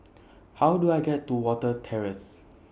How Do I get to Watten Terrace